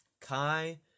Kai